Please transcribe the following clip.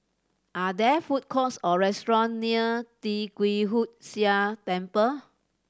are there food courts or restaurants near Tee Kwee Hood Sia Temple